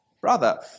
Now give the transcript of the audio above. brother